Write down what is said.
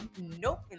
Nope